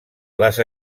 les